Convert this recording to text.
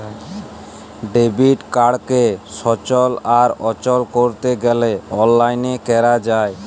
debit কাড়কে সচল আর অচল ক্যরতে গ্যালে অললাইল ক্যরা যায়